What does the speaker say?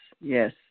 yes